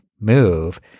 move